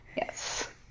Yes